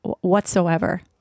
whatsoever